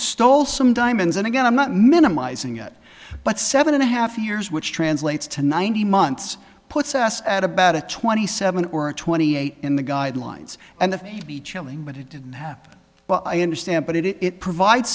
stole some diamonds and again i'm not minimizing it but seven and a half years which translates to ninety months puts us at about a twenty seven or a twenty eight in the guidelines and that he'd be chilling but it didn't happen well i understand but it provide